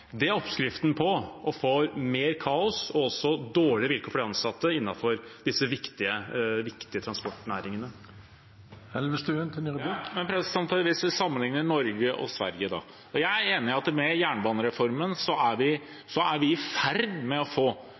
er oppskriften på å få mer kaos og også dårligere vilkår for de ansatte innenfor disse viktige transportnæringene. Hvis vi sammenligner Norge og Sverige: Jeg er enig i at med jernbanereformen er vi i ferd med å få